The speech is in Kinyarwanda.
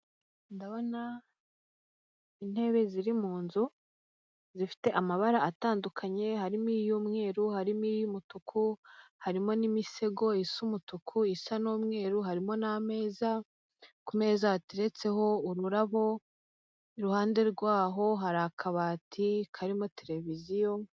Ndabona intebe ziri munzu zifite amabara atandukanye harimo iy'umweru, harimo iy'umutuku, harimo n'imisego isa umutuku isa n'umweru harimo n'ameza ku meza yateretseho ururabo iruhande rwaho hari akabati karimo televiziyo.